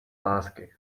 lásky